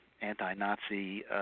anti-Nazi